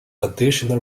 additional